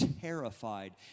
terrified